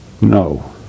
No